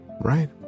right